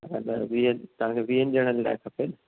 हा वीह तव्हांखे वीह वीहनि ॼणनि लाइ खपे